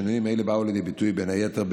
שינויים אלה באו לידי ביטוי, בין היתר,